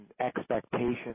expectations